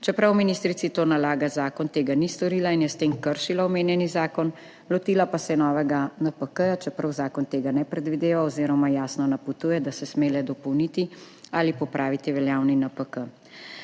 Čeprav ministrici to nalaga zakon, tega ni storila in je s tem kršila omenjeni zakon. Lotila pa se je novega NPK, čeprav zakon tega ne predvideva oziroma jasno napotuje, da se sme le dopolniti ali popraviti veljavni NPK.